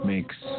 Makes